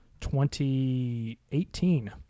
2018